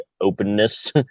openness